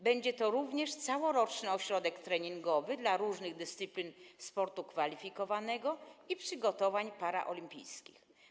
Będzie to również całoroczny ośrodek treningowy służący różnym dyscyplinom sportu kwalifikowanego i przygotowaniom paraolimpijskim.